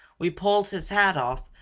we pulled his hat off,